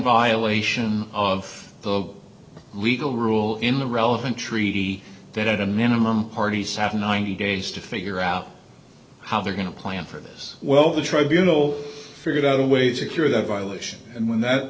violation of the legal rule in the relevant treaty that at a minimum party saturnine games to figure out how they're going to plan for this well the tribunal figured out a way to cure that violation and when that